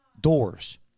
doors